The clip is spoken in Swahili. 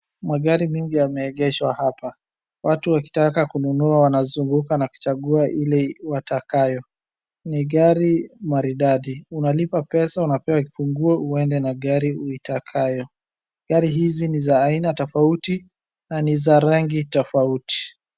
Magari mengi yameegeshwa hapa, watu wakitaka kununua wanazunguka na kuchagua watakayo. Ni gari maridadi unalipa pesa unapewa kifungu unaenda na gari uitakayo. Gari hizi ni za aina tofauti na ni za rangi tofauti.